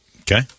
okay